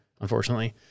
unfortunately